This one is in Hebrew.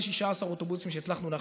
16 אוטובוסים שהצלחנו להכניס,